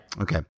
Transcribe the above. Okay